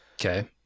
okay